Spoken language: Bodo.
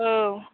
औ